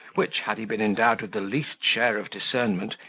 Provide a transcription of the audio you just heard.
which, had he been endowed with the least share of discernment,